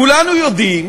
כולנו יודעים